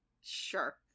Sure